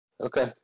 Okay